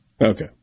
Okay